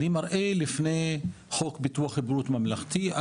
אני מראה מה שהיה לפני חוק ביטוח בריאות ממלכתי,